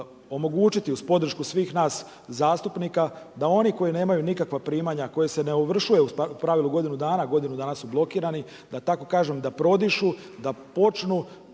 će omogućiti uz podršku svih nas zastupnika, da oni koji nemaju nikakva primanja, koje se ne ovršuje u pravilu godinu dana, godinu dana su blokirani, da tako kažem da prodišu, da počnu